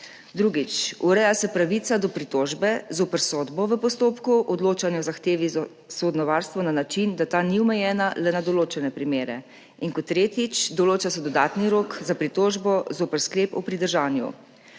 Drugič, ureja se pravica do pritožbe zoper sodbo v postopku odločanja o zahtevi za sodno varstvo na način, da ta ni omejena le na določene primere. In kot tretjič, določa se dodatni rok za pritožbo zoper sklep o pridržanju.